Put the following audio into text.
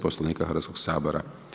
Poslovnika Hrvatskog sabora.